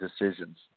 decisions